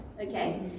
okay